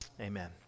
Amen